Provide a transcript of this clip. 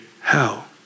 hell